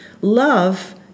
love